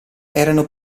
erano